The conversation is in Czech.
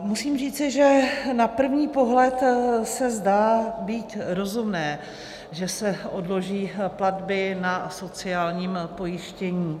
Musím říci, že na první pohled se zdá být rozumné, že se odloží platby na sociální pojištění.